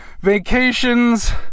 vacations